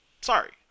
Sorry